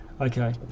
Okay